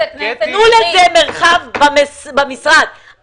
תנו לזה מרחב במשרד.